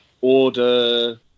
order